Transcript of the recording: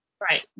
Right